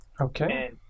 Okay